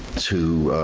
to.